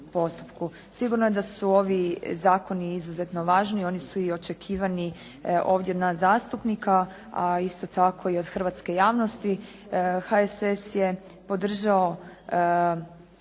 Sigurno je da su ovi zakoni izuzetno važni, oni su i očekivani ovdje od nas zastupnika, a isto tako i od hrvatske javnosti. HSS je podržao